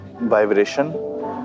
Vibration